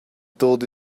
told